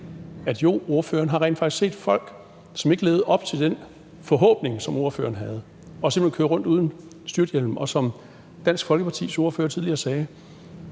at jo, ordføreren har rent faktisk set folk, som ikke levede op til den forhåbning, som ordføreren havde, og de kørte simpelt hen rundt uden styrthjelm. Og som Dansk Folkepartis ordfører tidligere sagde: